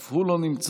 אף הוא לא נמצא.